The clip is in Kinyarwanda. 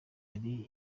ari